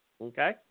Okay